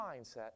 mindset